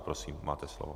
Prosím, máte slovo.